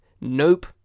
Nope